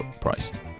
priced